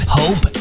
hope